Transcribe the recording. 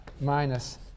minus